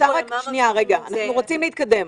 אנחנו רוצים להתקדם.